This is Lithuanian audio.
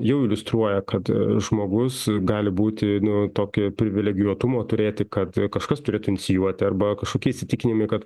jau iliustruoja kad žmogus gali būti nu tokį privilegijuotumo turėti kad kažkas turėtų inicijuoti arba kažkokie įsitikinimai kad